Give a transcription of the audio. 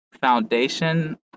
foundation